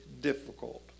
difficult